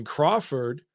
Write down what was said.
Crawford